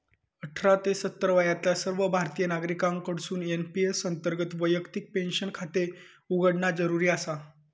अठरा ते सत्तर वयातल्या सर्व भारतीय नागरिकांकडसून एन.पी.एस अंतर्गत वैयक्तिक पेन्शन खाते उघडणा जरुरी आसा